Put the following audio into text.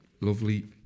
lovely